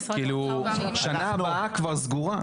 שנה הבאה כבר סגורה.